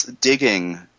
Digging